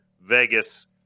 Vegas